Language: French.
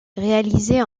réalisées